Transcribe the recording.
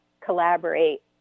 collaborate